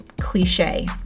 cliche